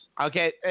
Okay